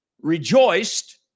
rejoiced